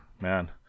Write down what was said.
man